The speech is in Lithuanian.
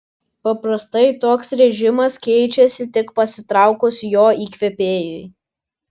paprastai toks režimas keičiasi tik pasitraukus jo įkvėpėjui